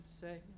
say